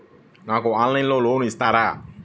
నాకు ఆన్లైన్లో లోన్ ఇస్తారా?